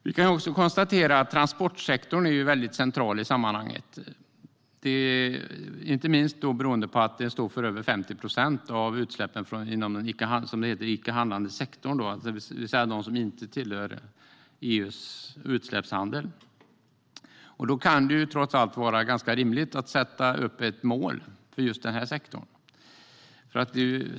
Vi kan konstatera att transportsektorn är central i sammanhanget. Den står för över 50 procent av utsläppen inom den icke handlande sektorn, det vill säga de som inte är del av EU:s utsläppshandel. Det kan då trots allt vara ganska rimligt att sätta upp ett mål för just den här sektorn.